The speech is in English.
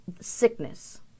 sickness